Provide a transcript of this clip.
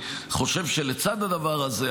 חושב שלצד הדבר הזה,